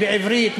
בעברית,